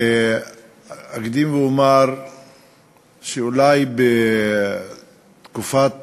אקדים ואומר שאולי בתקופת